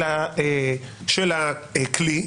הכלי,